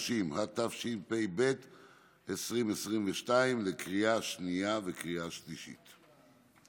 130), התשפ"ב 2022, לקריאה שנייה וקריאה שלישית.